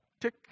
tick